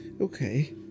Okay